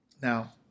Now